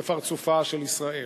בפרצופה של ישראל.